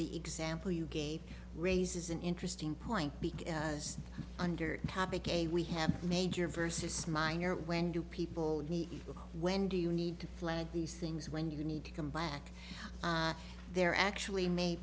the example you gave raises an interesting point because under topic a we have major versus minor when do people need when do you need to fled these things when you need to come back there actually may